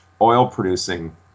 oil-producing